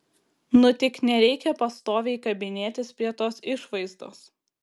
nu tik nereikia pastoviai kabinėtis prie tos išvaizdos